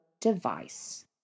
device